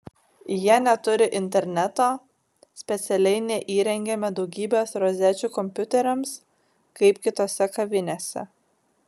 jie neturi interneto specialiai neįrengėme daugybės rozečių kompiuteriams kaip kitose kavinėse